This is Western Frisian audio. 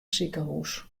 sikehús